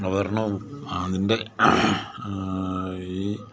അവതരണവും അതിൻ്റെ ഈ